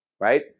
right